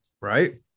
Right